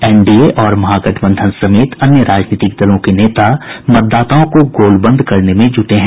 NDA और महागठबंधन समेत अन्य राजनीतिक दलों के नेता मतदाताओं को गोलबंद करने में जुटे हैं